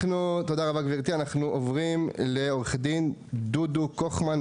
אנחנו עוברים לעו"ד דוד קוכמן,